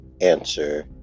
answer